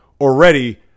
already